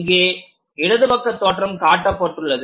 இங்கே இடது பக்கத் தோற்றம் காட்டப்பட்டுள்ளது